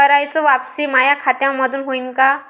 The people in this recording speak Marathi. कराच वापसी माया खात्यामंधून होईन का?